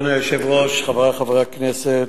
אדוני היושב-ראש, חברי חברי הכנסת,